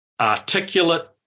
articulate